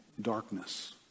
darkness